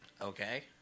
Okay